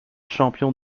champion